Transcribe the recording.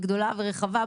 גדולה ורחבה,